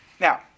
Now